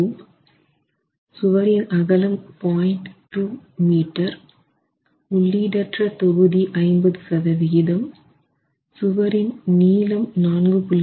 2 m உள்ளீடற்ற தொகுதி 50 சதவிகிதம் சுவரின் நீளம் 4